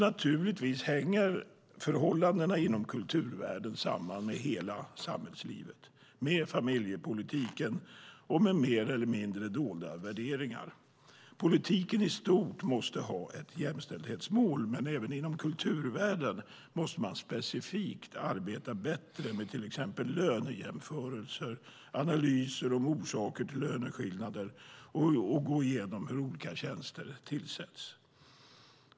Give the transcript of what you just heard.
Naturligtvis hänger förhållandena inom kulturvärlden samman med hela samhällslivet, med familjepolitiken och med mer eller mindre dolda värderingar. Politiken i stort måste ha ett jämställdhetsmål. Men även inom kulturvärlden måste man specifikt arbeta bättre med till exempel lönejämförelser och analyser om orsaker till löneskillnader och gå igenom hur olika tjänster tillsätts.